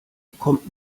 bekommt